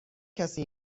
کسی